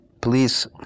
Please